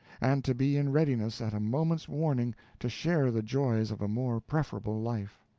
and to be in readiness at a moment's warning to share the joys of a more preferable life.